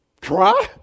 Try